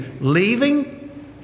leaving